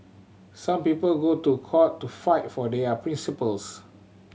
some people go to court to fight for their principles